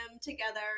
together